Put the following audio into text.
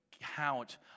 count